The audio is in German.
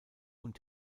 und